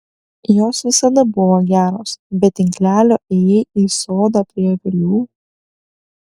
jos visada buvo geros be tinklelio ėjai į sodą prie avilių